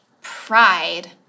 pride